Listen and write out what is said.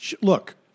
Look